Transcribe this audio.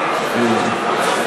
העניין.